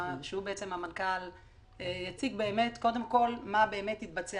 שהוא המנכ"ל, יציג קודם כל מה באמת התבצע.